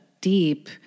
deep